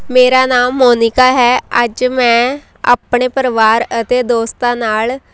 ਮੇਰਾ ਨਾਮ ਮੋਨਿਕਾ ਹੈ ਅੱਜ ਮੈਂ ਆਪਣੇ ਪਰਿਵਾਰ ਅਤੇ ਦੋਸਤਾਂ ਨਾਲ